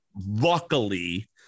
luckily